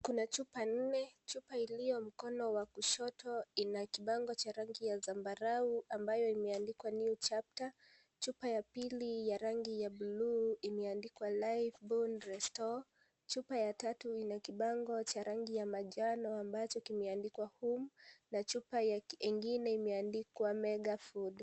Kuna chupa nne chupa iliyo mkono wa kushoto ina kibango Cha rangi zambarau ambao imeandikwa new chapter ,chupa ya pili ya rangi ya buluu imeandikwa [life full restore . Chupa ya tatu ina kibango Cha rangi ya manjano ambacho kimeandikwa Home na Chupa chupa ingine imeandikwa Mega food .